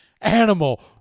animal